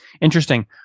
Interesting